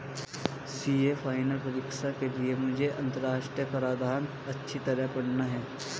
CA final परीक्षा के लिए मुझे अंतरराष्ट्रीय कराधान अच्छी तरह पड़ना है